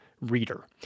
reader